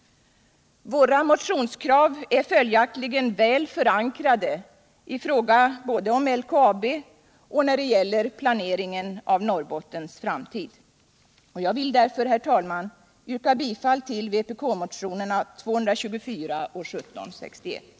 Våra motionskrav är följaktligen väl förankrade både i fråga om LKAB och när det gäller planeringen av Norrbottens framtid. Jag vill därför yrka bifall till vpk-motionerna 224 och 1761.